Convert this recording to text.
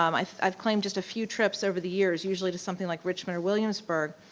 um i've i've claimed just a few trips over the years, usually to something like richmond or williamsburg.